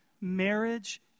Marriage